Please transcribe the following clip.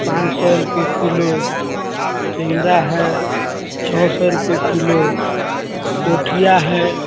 पाॅंच सए रूपआ किलो टेंगरा हय छओ सए रूपआ किलो पोठिया हय